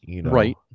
Right